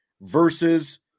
versus